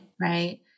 right